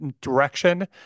direction